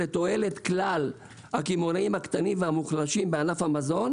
לתועלת כלל הקמעוניים הקטנים והמוחלשים בענף המזון